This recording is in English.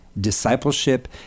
discipleship